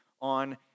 on